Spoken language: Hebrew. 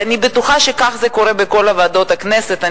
ואני בטוחה שכך זה קורה בכל ועדות הכנסת.